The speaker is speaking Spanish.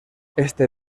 este